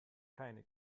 keine